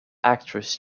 actress